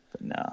No